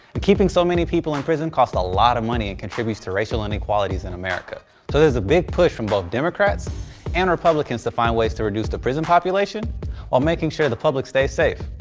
and keeping so many people in prison costs a lot of money and contributes to racial inequalities in america so there's a big push from both democrats and republicans to find ways to reduce the prison population while making sure the public stays safe.